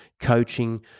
coaching